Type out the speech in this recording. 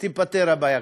תיפתר הבעיה.